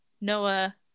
Noah